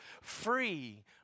free